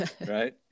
right